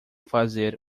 fazer